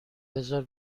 بزار